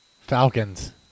Falcons